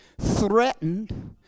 threatened